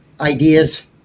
ideas